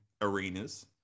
arenas